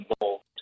involved